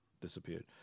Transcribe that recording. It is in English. disappeared